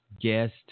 guest